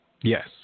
Yes